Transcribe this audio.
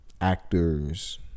actors